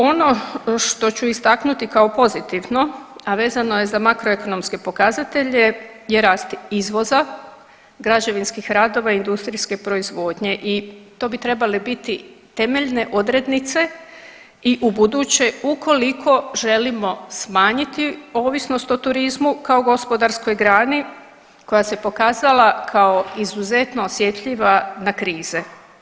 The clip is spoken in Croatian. Ono što ću istaknuto kao pozitivno a vezano je za makroekonomske pokazatelje je rast izvoza, građevinskih radova i industrijske proizvodnje i to bi trebale biti temeljne odrednice i ubuduće ukoliko želimo smanjiti ovisnost o turizmu kao gospodarskoj grani koja se pokazala kao izuzetno osjetljiva na krize.